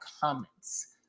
comments